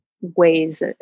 ways